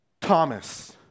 Thomas